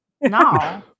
no